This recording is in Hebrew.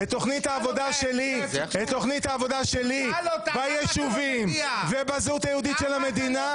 את תוכנית העבודה שלי ביישובים ובזהות היהודית של המדינה,